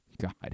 God